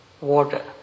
water